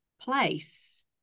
place